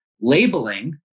labeling